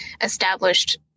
established